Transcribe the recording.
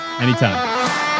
Anytime